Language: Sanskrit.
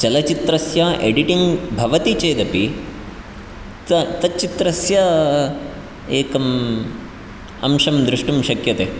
चलच्चित्रस्य एडिटिङ्ग् भवति चेदपि त तच्चित्रस्य एकम् अंशं द्रष्टुं शक्यते